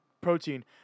protein